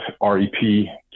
R-E-P